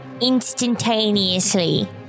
instantaneously